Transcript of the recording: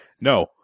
No